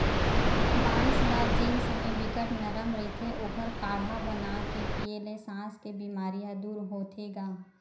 बांस ल जेन समे बिकट नरम रहिथे ओखर काड़हा बनाके पीए ल सास के बेमारी ह दूर होथे गा